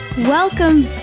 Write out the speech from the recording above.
Welcome